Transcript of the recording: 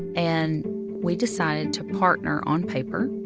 and we decided to partner on paper.